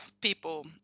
people